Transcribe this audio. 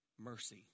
mercy